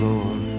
Lord